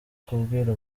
kubwira